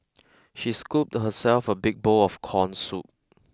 she scooped herself a big bowl of corn soup